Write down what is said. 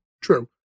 true